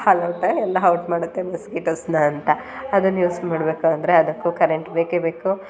ಹಾಲ್ ಔಟೇ ಎಲ್ಲ ಔಟ್ ಮಾಡುತ್ತೆ ಮೊಸ್ಕಿಟೋಸನ್ನ ಅಂತ ಅದನ್ನು ಯೂಸ್ ಮಾಡಬೇಕು ಅಂದರೆ ಅದಕ್ಕೂ ಕರೆಂಟ್ ಬೇಕೇ ಬೇಕು